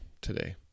today